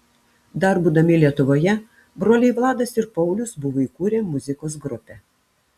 dar būdami lietuvoje broliai vladas ir paulius buvo įkūrę muzikos grupę